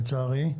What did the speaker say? לצערי.